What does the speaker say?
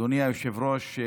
אדוני היושב-ראש,